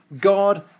God